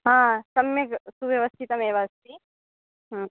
हा सम्यग् सुव्यवस्थितमेव अस्ति हा